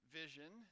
vision